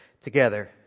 together